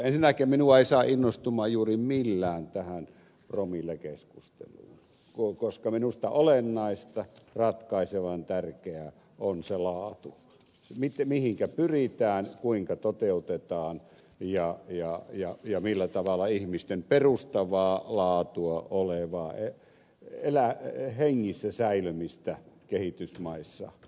ensinnäkään minua ei saa innostumaan juuri millään tähän promillekeskusteluun koska minusta olennaista ratkaisevan tärkeää on se laatu mihinkä pyritään kuinka toteutetaan ja millä tavalla ihmisten perustavaa laatua olevaa hengissä säilymistä kehitysmaissa edistetään